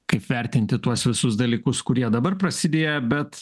kaip vertinti tuos visus dalykus kurie dabar prasidėjo bet